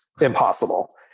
impossible